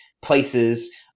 places